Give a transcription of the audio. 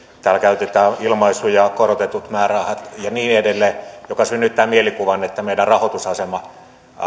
täällä käytetään ilmaisua korotetut määrärahat ja niin edelleen joka synnyttää mielikuvan että meidän rahoitusasemamme